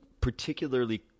particularly